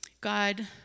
God